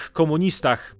komunistach